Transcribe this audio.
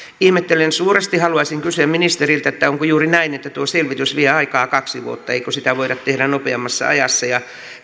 ihmettelen suuresti haluaisin kysyä ministeriltä onko juuri näin että tuo selvitys vie aikaa kaksi vuotta eikö sitä voida tehdä nopeammassa ajassa ja